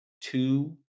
two